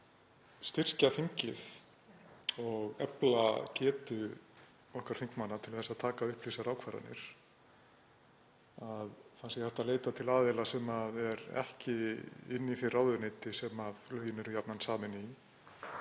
styrkja þingið og efla getu okkar þingmanna til að taka upplýstar ákvarðanir, að það sé hægt að leita til aðila sem er ekki inni í því ráðuneyti sem lögin eru gjarnan samin í,